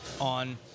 on